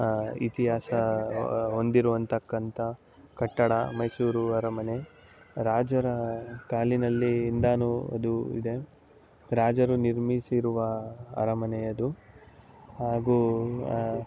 ಇತಿಹಾಸ ಹೊಂದಿರುವಂತಕ್ಕಂಥ ಕಟ್ಟಡ ಮೈಸೂರು ಅರಮನೆ ರಾಜರ ಕಾಲಿನಲ್ಲಿ ಇಂದಾನು ಅದು ಇದೆ ರಾಜರು ನಿರ್ಮಿಸಿರುವ ಅರಮನೆ ಅದು ಹಾಗೂ